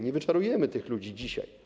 Nie wyczarujemy tych ludzi dzisiaj.